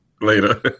Later